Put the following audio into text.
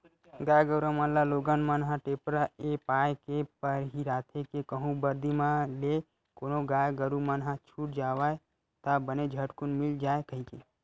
गाय गरुवा मन ल लोगन मन ह टेपरा ऐ पाय के पहिराथे के कहूँ बरदी म ले कोनो गाय गरु मन ह छूट जावय ता बने झटकून मिल जाय कहिके